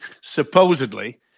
supposedly